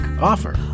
offer